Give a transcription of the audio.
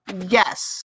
Yes